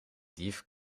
dief